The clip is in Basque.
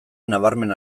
nabarmen